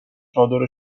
چادر